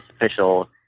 official